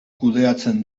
kudeatzen